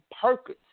purpose